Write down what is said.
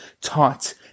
taught